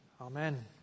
amen